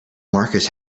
markers